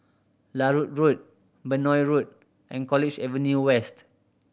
Larut Road Benoi Road and College Avenue West